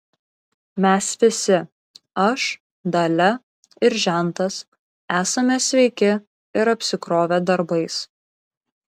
mes visi aš dalia ir žentas esame sveiki ir apsikrovę darbais